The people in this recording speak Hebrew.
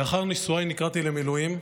לאחר נישואיי נקראתי למילואים.